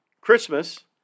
Christmas